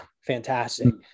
fantastic